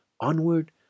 onward